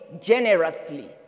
generously